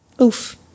Oof